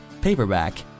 paperback